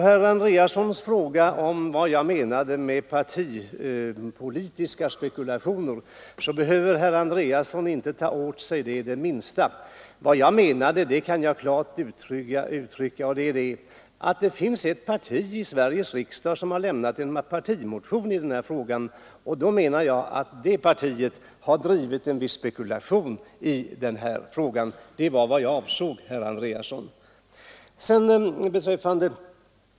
Herr Andreasson i Östra Ljungby frågade vad jag menade med partipolitiska spekulationer. Herr Andreasson behöver inte ta åt sig det minsta av det uttalandet. Jag kan klart uttrycka vad jag menar: Det finns ett parti i Sveriges riksdag som lämnat en partimotion i denna fråga; det partiet har enligt min mening drivit den här frågan med viss spekulation. Det var vad jag avsåg, herr Andreasson.